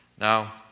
Now